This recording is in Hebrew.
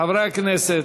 חברי הכנסת.